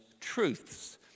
truths